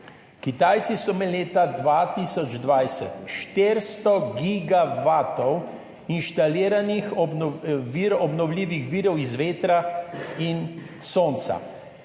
Kitajci so imeli leta 2020 400 gigavatov inštaliranih obnovljivih virov iz vetra in sonca,